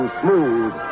smooth